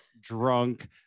drunk